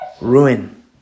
Ruin